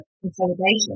consolidation